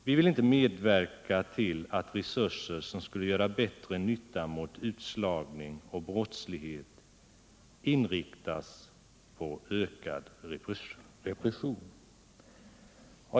Vi vill inte medverka till att resurser som skulle göra bättre nytta mot utslagning och brottslighet inriktas på ökad repression.